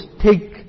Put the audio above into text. take